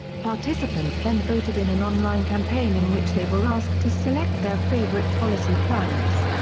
participants then voted in an online campaign in which they were asked to select their favorite policy planks.